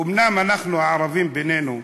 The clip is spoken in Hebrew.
אומנם אנחנו, הערבים, בינינו,